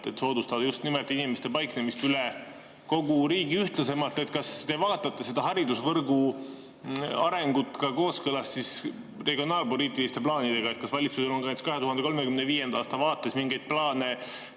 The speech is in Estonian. et soodustada just nimelt inimeste paiknemist üle kogu riigi ühtlasemalt. Kas te vaatate haridusvõrgu arendamist ka kooskõlas regionaalpoliitiliste plaanidega? Kas valitsusel on näiteks 2035. aasta vaates mingeid plaane,